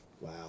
Wow